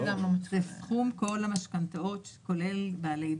זה סכום כל המשכנתאות, כולל בעלי דירה.